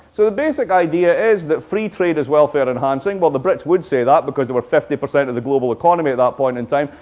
so the basic idea is that free trade is welfare-enhancing. well, the brits would say that, because they were fifty percent of the global economy at that point in time,